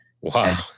Wow